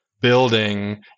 building